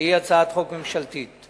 שהיא הצעת חוק ממשלתית.